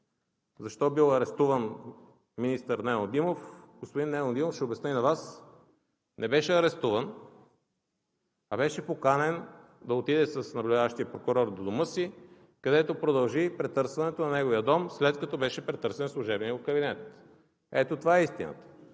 защо бил арестуван министър Нено Димов – господин Нено Димов, ще обясня и на Вас, не беше арестуван, а беше поканен да отиде с наблюдаващия прокурор в дома си, където продължи претърсването на неговия дом, след като беше претърсен служебният му кабинет. Ето това е истината.